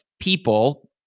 people